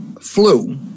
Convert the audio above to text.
flu